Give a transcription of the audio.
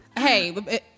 Hey